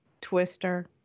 Twister